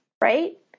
right